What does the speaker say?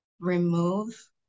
remove